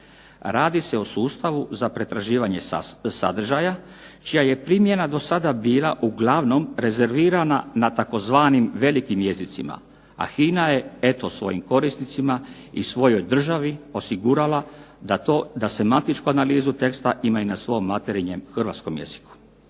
Radi se o sustavu za pretraživanje sadržaja, čija je primjena do sada bila uglavnom rezervirana na tzv. velikim jezicima, a HINA je eto svojim korisnicima i svojoj državi osigurala da to, da semantičku analizu teksta ima i na svom materinjem hrvatskom jeziku.